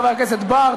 חבר הכנסת בר.